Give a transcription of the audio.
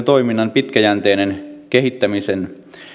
toiminnan pitkäjänteisen kehittämisen